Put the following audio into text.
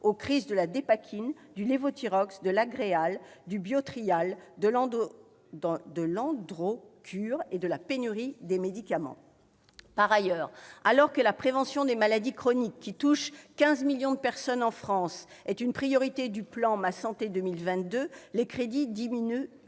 aux crises de la Dépakine, du Levothyrox, de l'Agréal, du laboratoire Biotrial, de l'Androcur, et compte tenu de la pénurie de médicaments ? Par ailleurs, alors que la prévention des maladies chroniques, qui touchent 15 millions de personnes en France, est une priorité du plan « Ma santé 2022 », les crédits diminuent eux